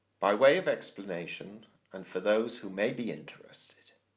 by way of explanation and for those who may be interested,